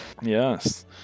Yes